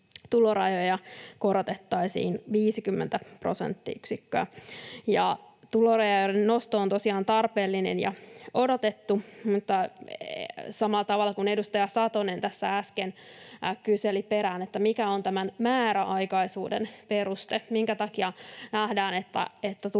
tulorajoja korotettaisiin 50 prosenttia. Ja tulorajojen nosto on tosiaan tarpeellinen ja odotettu, mutta — samalla tavalla kuin edustaja Satonen tässä äsken kyseli — mikä on tämän määräaikaisuuden peruste? Minkä takia nähdään, että